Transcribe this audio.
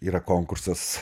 yra konkursas